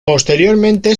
posteriormente